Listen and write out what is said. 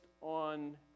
on